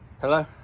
hello